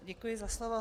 Děkuji za slovo.